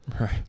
right